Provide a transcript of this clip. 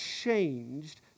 changed